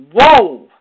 Whoa